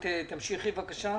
תמשיכי בבקשה.